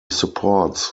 supports